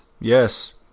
yes